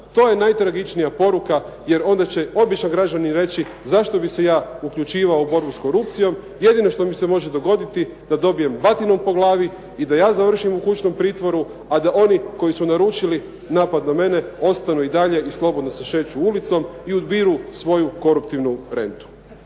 To je najtragičnija poruka jer onda će običan građanin reći zašto bi se ja uključivao u borbu s korupcijom. Jedino što mi se može dogoditi da dobijem batinom po glavi i da ja završim u kućnom pritvoru, a da oni koji su naručili napad na mene ostanu i dalje i slobodno se šeću ulicom i ubiru svoju koruptivnu rentu.